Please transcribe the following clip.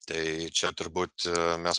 tai čia turbūt mes